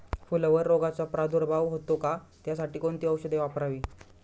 फुलावर रोगचा प्रादुर्भाव होतो का? त्यासाठी कोणती औषधे वापरावी?